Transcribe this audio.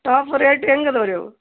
top rate ಹೆಂಗ್ ಅದಾವ ರೀ ಅವು